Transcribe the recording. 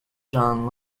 john